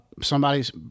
somebody's